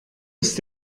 ist